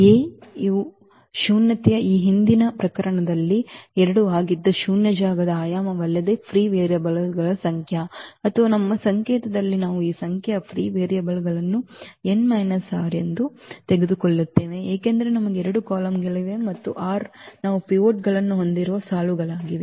A ಯ ಶೂನ್ಯತೆಯು ಈ ಹಿಂದಿನ ಪ್ರಕರಣದಲ್ಲಿ 2 ಆಗಿದ್ದ ಶೂನ್ಯ ಜಾಗದ ಆಯಾಮವಲ್ಲದೆ ಫ್ರೀ ವೇರಿಯಬಲ್ ಗಳ ಸಂಖ್ಯೆ ಅಥವಾ ನಮ್ಮ ಸಂಕೇತದಲ್ಲಿ ನಾವು ಈ ಸಂಖ್ಯೆಯ ಫ್ರೀ ವೇರಿಯಬಲ್ ಗಳನ್ನು n ಮೈನಸ್ r ಎಂದು ತೆಗೆದುಕೊಳ್ಳುತ್ತೇವೆ ಏಕೆಂದರೆ ನಮಗೆ n ಕಾಲಮ್ಗಳಿವೆ ಮತ್ತು r ನಾವು ಪಿವೋಟ್ಗಳನ್ನು ಹೊಂದಿರುವ ಸಾಲುಗಳಾಗಿವೆ